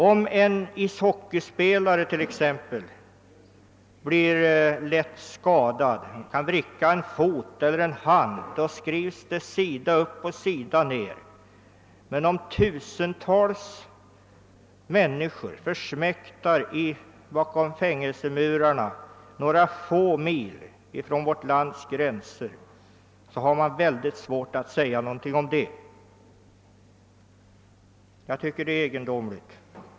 Om en ishockeyspelare t.ex. blir lätt skadad — han kan vricka en fot eller en hand — skrivs det sida upp och sida ner i pressen, men om tusentals människor försmäktar bakom fängelsemurar några få mil från vårt lands gränser, bara därför att de är kristna, har man väldigt svårt att säga någonting om det. Jag tycker att det är egendomligt.